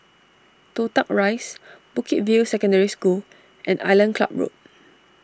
Toh Tuck Rise Bukit View Secondary School and Island Club Road